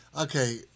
okay